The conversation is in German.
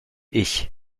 ich